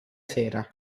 sera